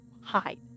hide